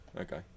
Okay